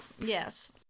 Yes